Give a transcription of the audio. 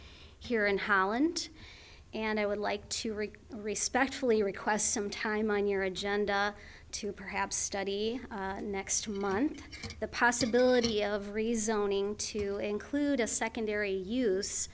here in holland and i would like to rick respectfully request some time on your agenda to perhaps study next month the possibility of rezoning to include a secondary use